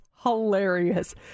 hilarious